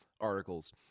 articles